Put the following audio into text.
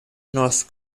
north